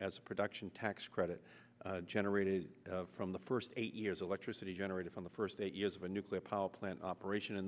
as production tax credit generated from the first eight years electricity generated from the first eight years of a nuclear power plant operation